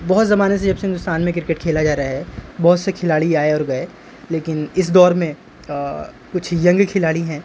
بہت زمانے سے جب سے ہندوستان میں کرکٹ کھیلا جا رہا ہے بہت سے کھلاڑی آئے اور گئے لیکن اس دور میں کچھ ینگ کھلاڑی ہیں